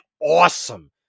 awesome